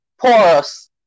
porous